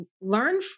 learn